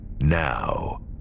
Now